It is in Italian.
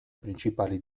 principali